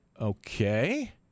Okay